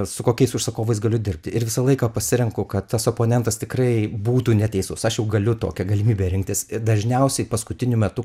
su kokiais užsakovais galiu dirbti ir visą laiką pasirenku kad tas oponentas tikrai būtų neteisus aš jau galiu tokią galimybę rinktis dažniausiai paskutiniu metu